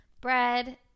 Bread